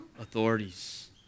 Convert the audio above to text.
authorities